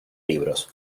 libros